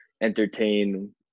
entertain